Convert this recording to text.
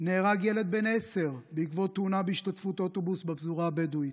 נהרג ילד בן עשר בעקבות תאונה במעורבות אוטובוס בפזורה הבדואית,